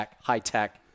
high-tech